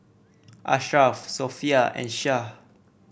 Ashraf Sofea and Shah